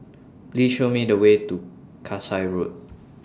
Please Show Me The Way to Kasai Road